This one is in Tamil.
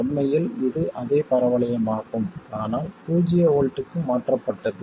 உண்மையில் இது அதே பரவளையமாகும் ஆனால் பூஜ்ஜிய வோல்ட்டுக்கு மாற்றப்பட்டது